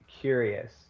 curious